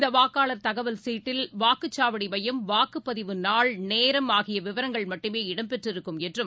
இந்த வாக்காளர் தகவல் சீட்டில் வாக்குச்சாவடி மையம் வாக்குப்பதிவு நாள் நேரம் ஆகிய விவரங்கள் மட்டுமே இடம்பெற்றிருக்கும் என்றும்